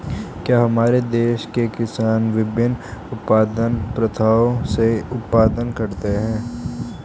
क्या हमारे देश के किसान विभिन्न उत्पादन प्रथाओ से उत्पादन करते हैं?